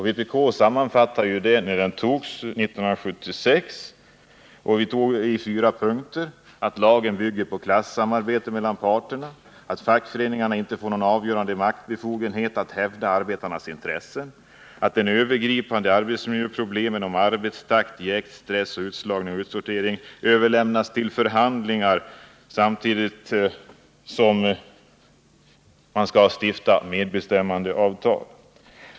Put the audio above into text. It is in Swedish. Vpk sammanfattade sin kritik av arbetsmiljölagen, som antogs 1976, i fyra punkter: Lagen bygger på klassamarbete mellan parterna. Fackföreningarna får inte någon avgörande maktbefogenhet att hävda arbetarnas intressen. De övergripande arbetsmiljöproblemen om arbetstakt, jäkt och stress, utslagning och utsortering överlämnas till förhandlingar samtidigt som man stiftar medbestämmandeavtal.